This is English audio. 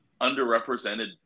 underrepresented